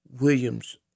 Williams